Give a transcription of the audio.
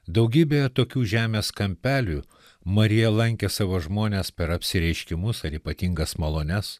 daugybė tokių žemės kampelių marija lankė savo žmones per apsireiškimus ar ypatingas malones